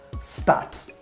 start